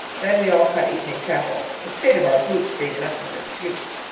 then we all cut evening chapel, the state of our boots being enough of an excuse.